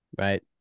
Right